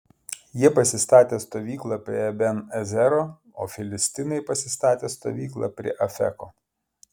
jie pasistatė stovyklą prie eben ezero o filistinai pasistatė stovyklą prie afeko